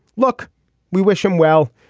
look we wish him well.